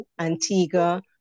antigua